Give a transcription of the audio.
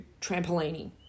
trampolining